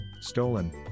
stolen